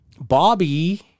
Bobby